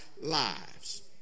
lives